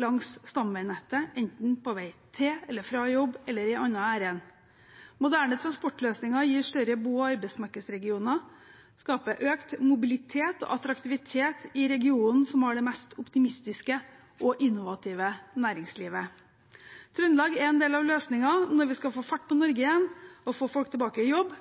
langs stamveinettet, enten på vei til eller fra jobb eller i annet ærend. Moderne transportløsninger gir større bo- og arbeidsmarkedsregioner og skaper økt mobilitet og attraktivitet i regionen som har det mest optimistiske og innovative næringslivet. Trøndelag er en del av løsningen når vi skal få fart på Norge igjen og få folk tilbake i jobb,